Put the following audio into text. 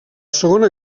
segona